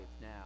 now